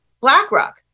BlackRock